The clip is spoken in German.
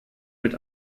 mit